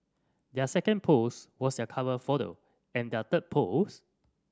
their second post was their cover photo and their third post